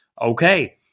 Okay